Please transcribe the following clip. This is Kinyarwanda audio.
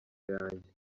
yanjye